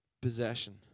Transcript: possession